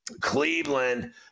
Cleveland